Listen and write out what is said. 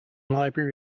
library